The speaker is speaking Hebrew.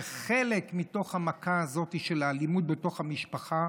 שחלק מתוך המכה הזו של האלימות בתוך המשפחה